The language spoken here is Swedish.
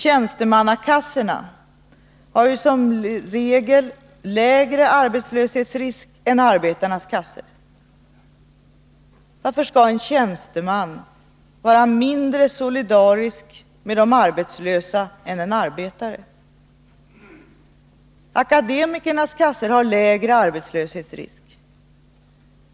Tjänstemannakassorna har ju som regel lägre arbetslöshetsrisk än arbetarnas kassor. Varför skall en tjänsteman vara mindre solidarisk med de arbetslösa än en arbetare? Akademikernas kassor har lägre arbetslöshetsrisk.